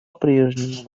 прежнему